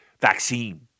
vaccine